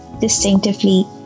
distinctively